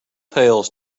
tales